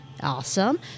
Awesome